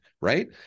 Right